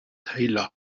taylor